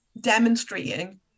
demonstrating